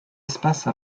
espace